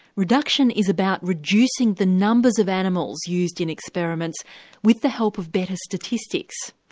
reduction is about reducing the numbers of animals used in experiments with the help of better statistics.